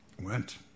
went